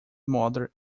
mother